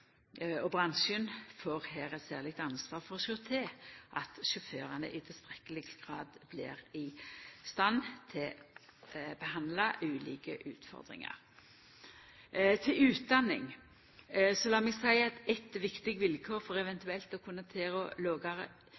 og bransjen får her eit særleg ansvar for å sjå til at sjåførane i tilstrekkeleg grad blir i stand til å behandla ulike utfordringar. Til utdanning: Lat la meg seia at eit viktig vilkår for eventuelt å kunna tilrå lågare